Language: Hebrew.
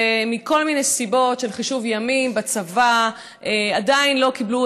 ומכל מיני סיבות של חישוב ימים בצבא עדיין לא קיבלו